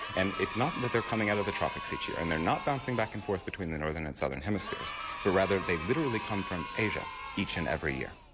and it's not that they're coming out of the tropics each year, and they're not bouncing back and forth between the northern and southern hemispheres but rather they literally come from asia each and every year.